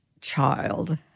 child